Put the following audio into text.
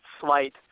slight